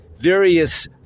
various